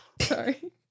Sorry